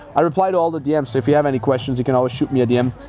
i reply to all the dms. so if you have any questions, you can always shoot me a dm.